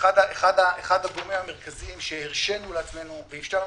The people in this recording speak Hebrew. אחד הגורמים המרכזיים שאפשרנו לעצמנו לעשות,